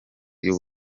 y’u